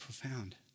profound